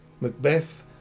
Macbeth